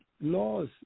laws